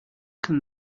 can